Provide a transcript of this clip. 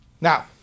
Now